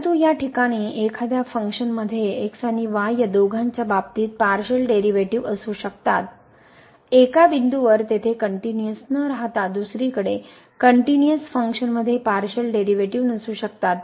परंतु या ठिकाणी एखाद्या फंक्शनमध्ये x आणि y या दोघांच्या बाबतीत पार्शिअल डेरीवेटीव असू शकतात एका बिंदूवर तेथे कनट्युनिअस न राहता दुसरीकडे कनट्युनिअस फंक्शन मध्ये पार्शिअल डेरीवेटीव नसू शकतात